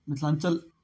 Mithilanchal